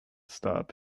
stop